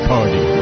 Party